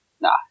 Nah